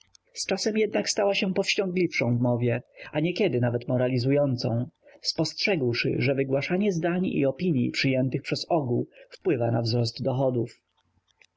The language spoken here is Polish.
z czasem jednak stała się powściągliwszą w mowie a niekiedy nawet moralizującą spostrzegłszy że wygłaszanie zdań i opinij przyjętych przez ogół wpływa na wzrost dochodów